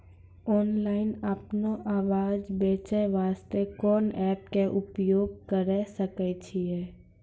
Online अपनो अनाज बेचे वास्ते कोंन एप्प के उपयोग करें सकय छियै?